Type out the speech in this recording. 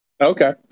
Okay